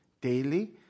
daily